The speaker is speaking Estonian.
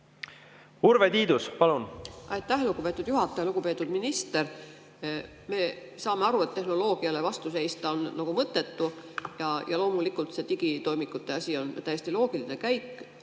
Urve Tiidus, palun!